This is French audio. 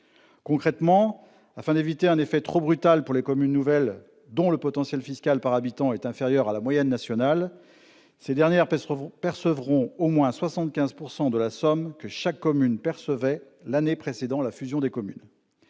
Concrètement, afin d'éviter un effet trop brutal pour les communes nouvelles dont le potentiel fiscal par habitant est inférieur à la moyenne nationale, ces dernières percevront au moins 75 % de la somme que chaque commune percevait l'année précédant la fusion des communes.